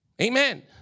Amen